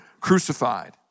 crucified